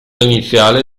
iniziale